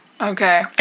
Okay